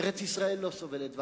ארץ-ישראל לא סובלת ואקום.